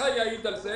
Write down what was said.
אביחי יעיד על זה